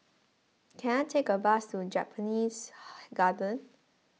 can I take a bus to Japanese Garden